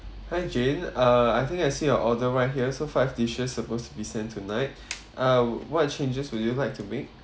hi jane uh I think I see your order right here so five dishes supposed to be sent tonight uh what changes would you like to make